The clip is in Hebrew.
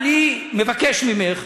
אני מבקש ממך,